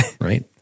right